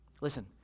Listen